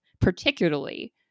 particularly